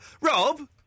Rob